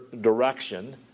direction